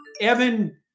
Evan